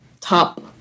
top